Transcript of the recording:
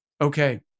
Okay